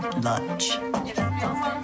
lunch